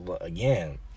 Again